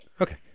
Okay